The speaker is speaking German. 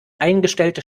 eingestellte